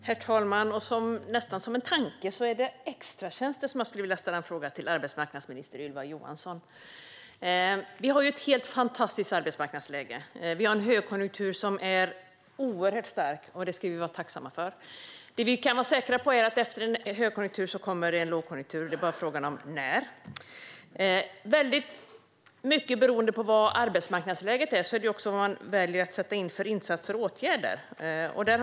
Herr talman! Det är nästan en händelse som ser ut som en tanke att det är extratjänster som jag skulle vilja ställa en fråga om till arbetsmarknadsminister Ylva Johansson. Vi har ett helt fantastiskt arbetsmarknadsläge. Vi har en högkonjunktur som är oerhört stark, och det ska vi vara tacksamma för. Det vi dock kan vara säkra på är att efter en högkonjunktur kommer en lågkonjunktur; det är bara fråga om när. Det beror mycket på arbetsmarknadsläget när det gäller vilka åtgärder och insatser man väljer att vidta och göra.